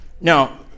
Now